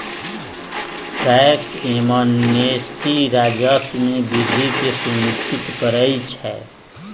tax amnesty राजस्व में वृद्धि के सुनिश्चित करइ छै